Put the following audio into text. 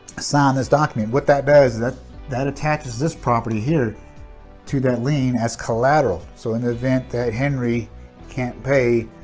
sign this document what that does is that that attaches this property here to that lien as collateral so in the event that henry can't pay,